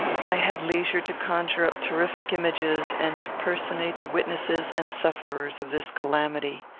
i had leisure to conjure up terrific images, and to personate the witnesses and sufferers of this calamity.